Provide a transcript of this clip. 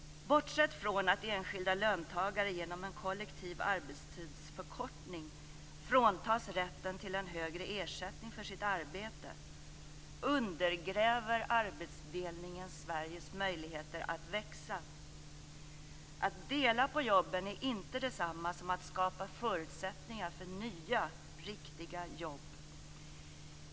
Bortsett från att enskilda löntagare genom en kollektiv arbetstidsförkortning fråntas rätten till en högre ersättning för sitt arbete undergräver arbetsdelningen Sveriges möjligheter att växa. Att dela på jobben är inte detsamma som att skapa förutsättningar för nya riktiga jobb.